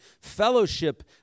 Fellowship